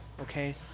okay